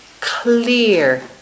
clear